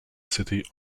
city